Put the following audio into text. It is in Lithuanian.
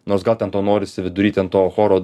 nors gal ten tau norisi vidury ten to choro